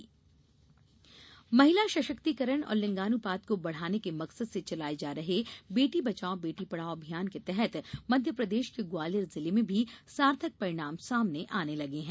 बेटी बचाओ बेटी पढ़ाओ महिला सशक्तिकरण और लिंगानुपात को बढ़ाने के मकसद से चलाये जा रहे बेटी बचाओ बेटी पढ़ाओ अभियान के तहत मध्यप्रदेश के ग्वालियर जिले में भी सार्थक परिणाम सामने आने लगे हैं